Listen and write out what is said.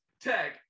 tech